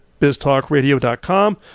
biztalkradio.com